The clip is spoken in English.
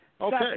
Okay